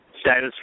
Status